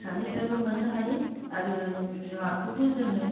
फिसानिफ्रायबो मोननो हायो आरो बिमाखौबो जोङो